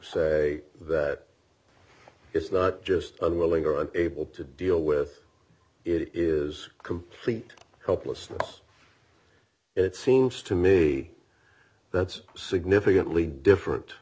say that it's not just unwilling or unable to deal with it it is complete hopelessness it seems to me that's significantly different